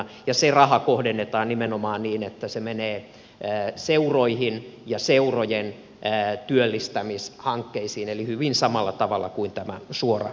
ja se raha kohdennetaan nimenomaan niin että se menee seuroihin ja seurojen työllistämishankkeisiin eli hyvin samalla tavalla kuin tämä suora seuratuki